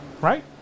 right